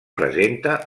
presenta